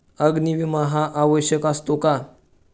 अग्नी विमा हा आवश्यक असतो का?